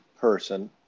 person